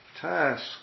task